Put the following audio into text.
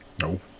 No